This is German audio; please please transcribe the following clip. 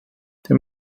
der